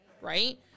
right